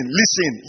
listen